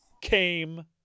came